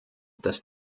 das